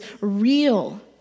real